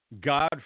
God